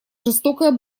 жестокая